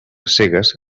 cegues